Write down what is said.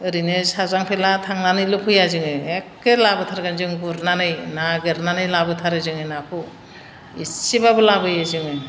ओरैनो साज्रांफैला थांनानैल' फैया जोङो एखे लाबोथारगोन जों गुरनानै नागिरनानै लाबोथारो जोङो नाखौ एसेब्लाबो लाबोयो जोङो